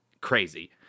crazy